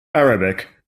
arabic